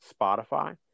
spotify